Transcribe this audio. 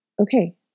okay